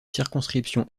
circonscription